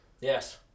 Yes